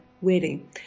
wedding